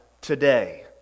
today